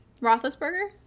Roethlisberger